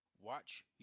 Watch